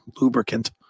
lubricant